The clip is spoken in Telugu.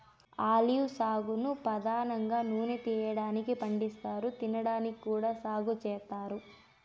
ఆలివ్ సాగును పధానంగా నూనె తీయటానికి పండిస్తారు, తినడానికి కూడా సాగు చేత్తారు